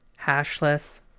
hashless